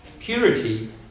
Purity